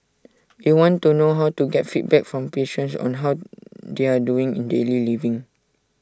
we want to know how to get feedback from patients on how they are doing in daily living